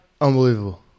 unbelievable